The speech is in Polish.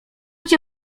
cię